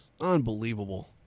Unbelievable